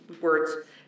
words